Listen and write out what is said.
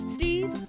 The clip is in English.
Steve